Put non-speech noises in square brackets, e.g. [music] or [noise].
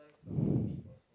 [breath]